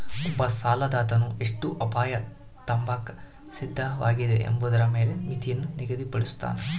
ಒಬ್ಬ ಸಾಲದಾತನು ಎಷ್ಟು ಅಪಾಯ ತಾಂಬಾಕ ಸಿದ್ಧವಾಗಿದೆ ಎಂಬುದರ ಮೇಲೆ ಮಿತಿಯನ್ನು ನಿಗದಿಪಡುಸ್ತನ